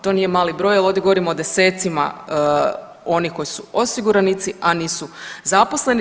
To nije mali broj jer ovdje govorimo o desecima onih koji su osiguranici, a nisu zaposleni.